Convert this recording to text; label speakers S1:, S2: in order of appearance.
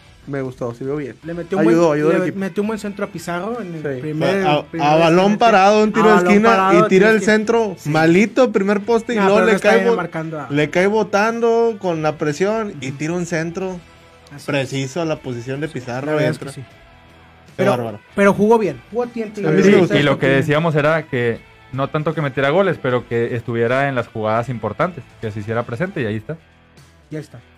S1: Me gustó, se vio bien.
S2: Le metió un buen-
S1: Ayudó, ayudó al
S2: le
S1: equipo.
S2: metió un buen centro a Pizarro en el
S1: Sí.
S2: primer-
S3: A- a
S2: primer
S3: balón
S2: instante.
S3: parado, un
S2: A
S3: tiro de
S2: balón
S3: esquina y
S2: parado,
S3: tira
S2: tiene
S3: el
S2: que-
S3: centro
S2: sí.
S3: malito, primer poste y
S2: No,
S3: luego
S2: pero no
S3: le
S2: está
S3: cae
S2: bien
S3: bot-
S2: marcando a-
S3: le cae botando con la presión y
S2: Ujú.
S3: tira un centro
S2: Así es.
S3: preciso a la posición de
S2: Sí, la
S3: Pizarro y
S2: verdad es que
S3: entra.
S2: sí.
S3: Qué
S2: Pero-
S3: bárbaro.
S2: pero jugó bien, jugó a tiempo y-
S3: A mí sí me gustó.
S4: Y lo que decíamos era que no tanto que metiera goles, pero que estuviera en las jugadas importantes, que se hiciera presente y ahí está.
S2: Y ahí está.